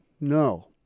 No